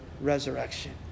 resurrection